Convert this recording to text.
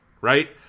right